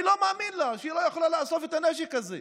אני לא מאמין לה שהיא לא יכולה לאסוף את הנשק הזה,